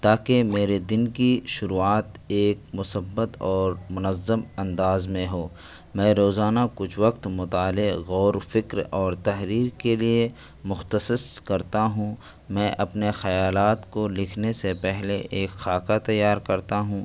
تاکہ میرے دن کی شروعات ایک مثبت اور منظم انداز میں ہو میں روزانہ کچھ وقت مطالعے غور و فکر اور تحریر کے لیے مختص کرتا ہوں میں اپنے خیالات کو لکھنے سے پہلے ایک خاکہ تیار کرتا ہوں